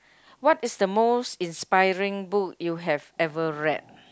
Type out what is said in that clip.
what is the most inspiring book you have ever read